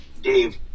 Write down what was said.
Dave